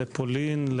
פולין,